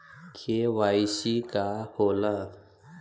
KYC का होला?